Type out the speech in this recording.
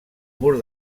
mur